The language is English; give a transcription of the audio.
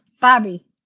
Bobby